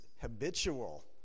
habitual